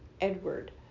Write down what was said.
Edward